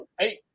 eight